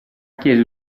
chiesa